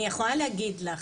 אני יכולה להגיד לך,